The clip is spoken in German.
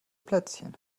plätzchen